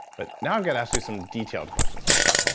but now i'm going to ask you some detailed questions on this.